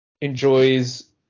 enjoys